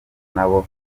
nabo